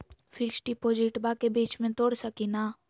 Fix डिपोजिटबा के बीच में तोड़ सकी ना?